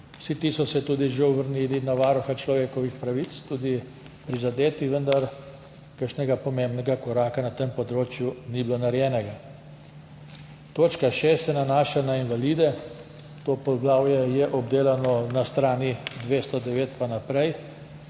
Vsi ti so se tudi že obrnili na Varuha človekovih pravic, tudi prizadeti, vendar kakšnega pomembnega koraka na tem področju ni bilo narejenega. Točka 6 se nanaša na invalide. To poglavje je obdelano na straneh 209 pa naprej.